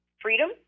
freedom